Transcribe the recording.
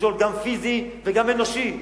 ומכשול גם פיזי וגם אנושי,